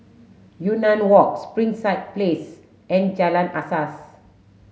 Yunnan Walk Springside Place and Jalan Asas